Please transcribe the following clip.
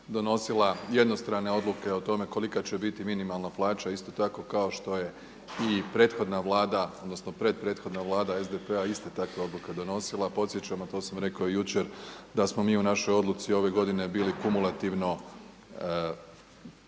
donosila jednostrane odluke o tome kolika će biti minimalna plaća, isto tako kao što je i prethodna Vlada, odnosno pred prethodna Vlada SDP-a iste takve odluke donosila. Podsjećam to sam rekao i jučer da smo mi u našoj odluci ove godine bili kumulativno